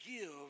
give